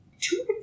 Two